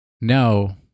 No